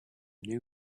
new